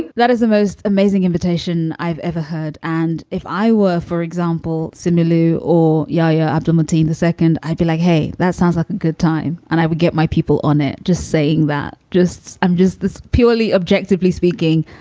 and that is the most amazing invitation i've ever heard. and if i were, for example, somalia or yahya abdul mateen the second, i'd be like, hey, that sounds like a good time. and i would get my people on it. just saying that just i'm just this purely objectively speaking,